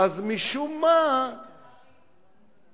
למשאלי עם במשטר פרלמנטרי ייצוגי בכלל.